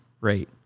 rate